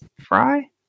fry